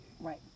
right